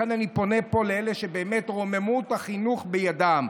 לכן אני פונה פה לאלה שרוממות החינוך בגרונם,